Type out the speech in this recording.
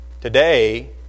today